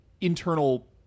internal